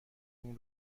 این